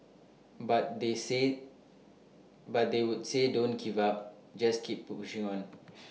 but they say but they would say don't give up just keep pushing on